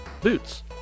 boots